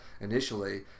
initially